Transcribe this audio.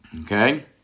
Okay